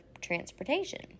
transportation